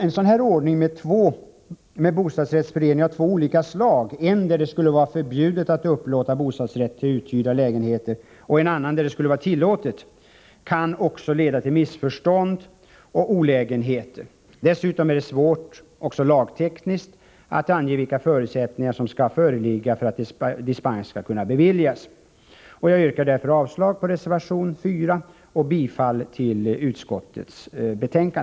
En sådan ordning med bostadsrättsföreningar av två olika slag — en där det skulle vara förbjudet att upplåta bostadsrätt till uthyrda lägenheter och en annan där det skulle vara tillåtet — kan leda till missförstånd och olägenheter. Dessutom är det även lagtekniskt svårt att ange vilka förutsättningar som skall föreligga för att dispens skall kunna beviljas. Jag yrkar således avslag på reservation 4 och bifall till utskottets hemställan.